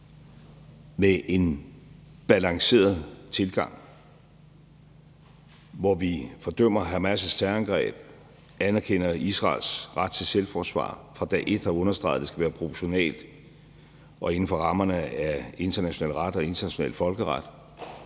med en balanceret tilgang, hvor vi fordømmer Hamas' terrorangreb, anerkender Israels ret til selvforsvar, fra dag et har understreget, at det skal være proportionalt og inden for rammerne af international ret og international folkeret,